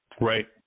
Right